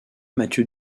mathieu